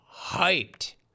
hyped